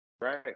right